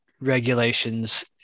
regulations